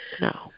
No